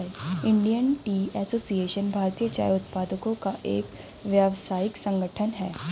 Indian Tea Association भारतीय चाय उत्पादकों का एक व्यावसायिक संगठन है